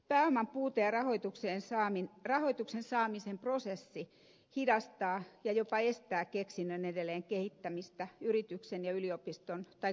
pääoman puute ja rahoituksen saamisen prosessi hidastaa ja jopa estää keksinnön edelleen kehittämistä yrityksen ja yliopiston tai korkeakoulujen yhteistyönä